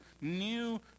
new